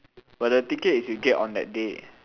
but the tickets is you get on that day